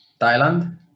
Thailand